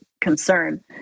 concern